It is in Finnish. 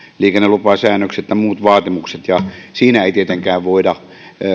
liikennelupasäännökset ja muut vaatimukset ja siinä ei tietenkään voida